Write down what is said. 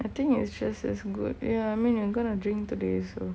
I think it's just as good ya I mean I'm gonna drink today so